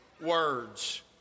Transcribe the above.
Words